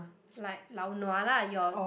like lao-nua lah your